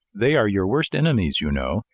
they are your worst enemies, you know,